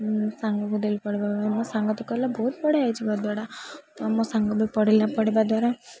ସାଙ୍ଗକୁ ଡେଲି ପଢ଼ିବା ମୋ ସାଙ୍ଗ ତ କହିଲା ବହୁତ ବଢ଼ିଆ ହୋଇଛି ଗଦ୍ୟଟା ମୋ ସାଙ୍ଗ ବି ପଢ଼ିଲା ପଢ଼ିବା ଦ୍ୱାରା